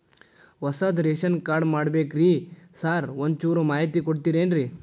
ಹೊಸದ್ ration card ಮಾಡ್ಬೇಕ್ರಿ sir ಒಂಚೂರ್ ಮಾಹಿತಿ ಕೊಡ್ತೇರೆನ್ರಿ?